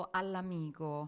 all'amico